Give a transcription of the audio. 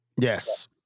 Yes